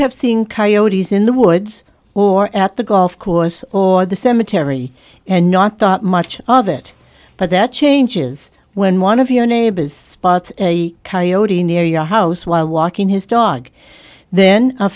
have seen coyotes in the woods or at the golf course or the cemetery and knocked up much of it but that changes when one of your neighbors spots a coyote near your house while walking his dog then a